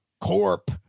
corp